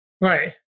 Right